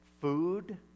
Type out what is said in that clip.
food